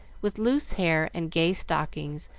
with loose hair and gay stockings,